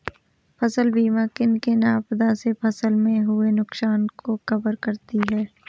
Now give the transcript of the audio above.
फसल बीमा किन किन आपदा से फसल में हुए नुकसान को कवर करती है